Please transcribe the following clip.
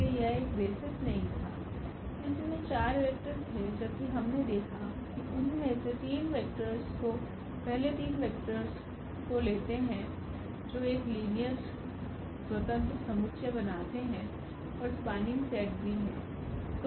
इसलिए यह एक बेसिस नहीं था इसमे 4वेक्टर थे जबकि हमने देखा है कि उन में से 3 वेक्टर्स को पहले 3वेक्टर्स को लेते हैं जो एक लीनियर स्वतंत्र समुच्चय बनाते हैं और स्पान्निंग सेट भी है